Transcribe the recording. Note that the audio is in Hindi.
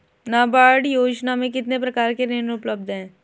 नाबार्ड योजना में कितने प्रकार के ऋण उपलब्ध हैं?